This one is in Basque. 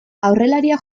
aurrelariak